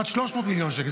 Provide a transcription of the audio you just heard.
אחד השקיע 300 מיליון שקל.